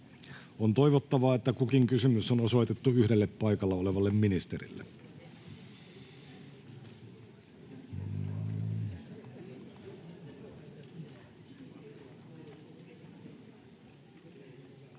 On toivottavaa, että kukin kysymys on osoitettu yhdelle paikalla olevalle ministerille.